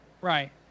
Right